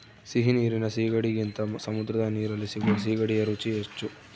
ಸಿಹಿ ನೀರಿನ ಸೀಗಡಿಗಿಂತ ಸಮುದ್ರದ ನೀರಲ್ಲಿ ಸಿಗುವ ಸೀಗಡಿಯ ರುಚಿ ಹೆಚ್ಚು